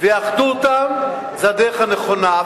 ויאחדו אותן, זאת הדרך הנכונה.